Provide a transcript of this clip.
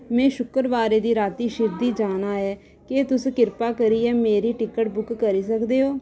मैं शुक्करबारै दी राती शिरदी जाना ऐ केह् तुस किरपा करियै मेरी टिकट बुक करी सकदे ओ